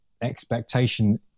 expectation